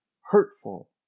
hurtful